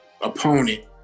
opponent